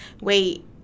wait